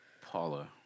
Paula